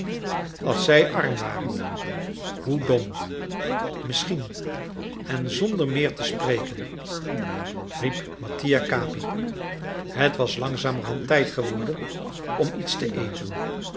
als zij arm waren hoe dom misschien en zonder meer te spreken riep mattia capi het was langzamerhand tijd geworden om iets te eten